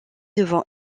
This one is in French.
devant